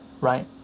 right